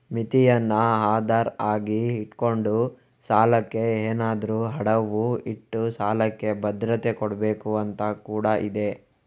ಮಿತಿಯನ್ನ ಆಧಾರ ಆಗಿ ಇಟ್ಕೊಂಡು ಸಾಲಕ್ಕೆ ಏನಾದ್ರೂ ಅಡವು ಇಟ್ಟು ಸಾಲಕ್ಕೆ ಭದ್ರತೆ ಕೊಡ್ಬೇಕು ಅಂತ ಕೂಡಾ ಇದೆ